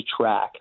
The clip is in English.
track